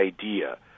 idea